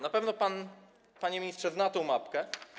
Na pewno pan, panie ministrze, zna tę mapkę.